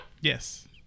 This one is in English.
Yes